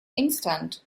instant